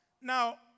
Now